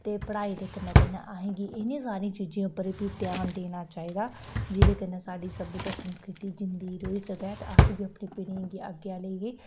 ते पढ़ाई दे कन्नै कन्नै अहें गी इ'नें सारियें चीजें उप्पर बी ध्यान देना चाहिदा जेह्दे कन्नै साढ़ी साढ़ी सभ्यता संस्कृति जींदी रेही सकै ते अस बी अपनी पीढ़ियें गी अग्गें आह्लियें गी